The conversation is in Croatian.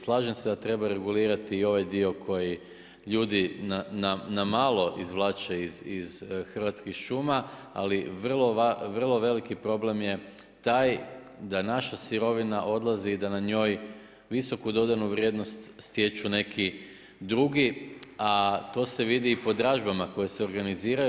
Slažem se da treba regulirati i ovaj di koji ljudi na malo izvlače oz Hrvatskih šuma ali vrlo veliki problem je taj da naša sirovina odlazi i da na njoj visoku dodanu vrijednost stječu neki drugi a to se vidi po dražbama koje se organiziraju.